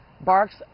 barks